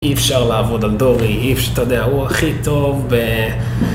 אי אפשר לעבוד על דורי, אי אפ..., אתה יודע, הוא הכי טוב ב...